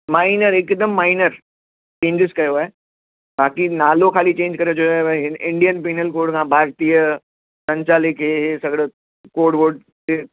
minor हिकदमि minor changes कयो आहे बाक़ी नालो ख़ाली चेंज करे छॾियो आहे भाई इंडियन पैनल कोड खां भारतीय संचालिक कोड वोड